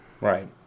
Right